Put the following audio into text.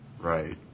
right